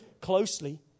closely